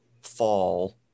fall